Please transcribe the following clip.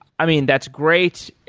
i mean, that's great,